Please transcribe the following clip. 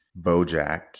Bojack